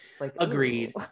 Agreed